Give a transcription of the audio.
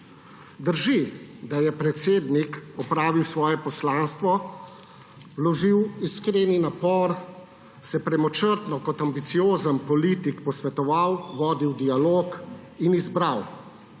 Drži, da je predsednik opravil svoje poslanstvo, vložil iskren napor, se premočrtno kot ambiciozen politik posvetoval, vodil dialog in izbral,